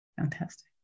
Fantastic